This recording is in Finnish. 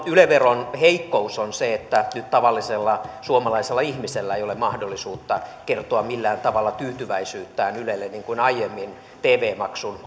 yle veron heikkous on se että nyt tavallisella suomalaisella ihmisellä ei ole mahdollisuutta kertoa millään tavalla tyytyväisyyttään ylelle niin kuin aiemmin tv maksun